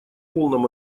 полном